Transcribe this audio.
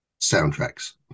soundtracks